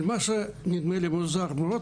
אבל מה שנראה לי מוזר מאוד